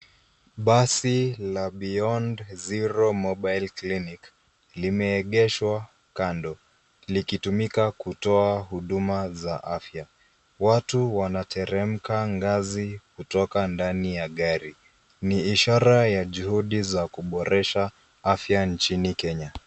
Basi la Beyond Zero Mobile Clinic[ cs], limeegeshwa kando likitumika kutoa huduma za afya. Watu wanateremka ngazi kutoka ndani ya gari. Ni ishara ya juhudi za kuboresha afya nchini Kenya.